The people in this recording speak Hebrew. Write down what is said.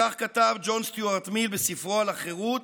כך כתב ג'ון סטיוארט מיל בספרו "על החירות",